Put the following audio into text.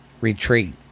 retreat